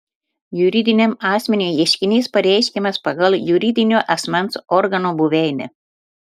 juridiniam asmeniui ieškinys pareiškiamas pagal juridinio asmens organo buveinę